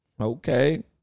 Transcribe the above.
Okay